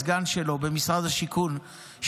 הסגן שלו במשרד השיכון,